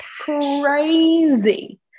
crazy